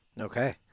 Okay